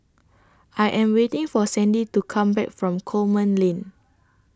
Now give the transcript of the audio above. I Am waiting For Sandie to Come Back from Coleman Lane